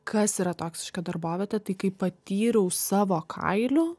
kas yra toksiška darbovietė tai kai patyriau savo kailiu